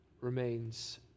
remains